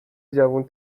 جوون